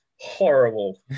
horrible